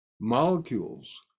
molecules